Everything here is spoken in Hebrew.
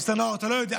נאור, אתה לא יודע.